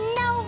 no